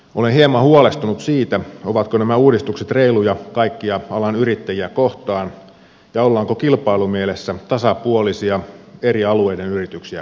olen hieman huolestunut siitä ovatko nämä uudistukset reiluja kaikkia alan yrittäjiä kohtaan ja ollaanko kilpailumielessä tasapuolisia eri alueiden yrityksiä kohtaan